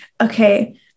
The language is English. Okay